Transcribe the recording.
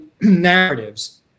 narratives